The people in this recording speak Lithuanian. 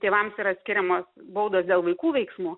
tėvams yra skiriamos baudos dėl vaikų veiksmų